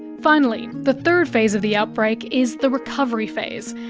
finally, the third phase of the outbreak is the recovery phase.